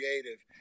creative